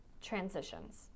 transitions